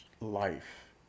life